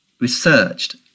researched